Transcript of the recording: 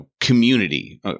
community